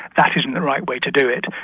that isn't the right way to do it.